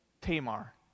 Tamar